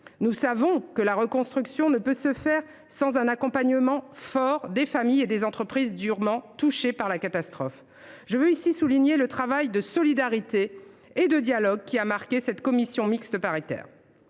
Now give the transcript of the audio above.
Nous savons que la reconstruction ne peut se faire sans un accompagnement fort des familles et des entreprises durement touchées par la catastrophe. Je veux ici souligner le travail de solidarité et de dialogue qui a marqué cette commission mixte paritaire.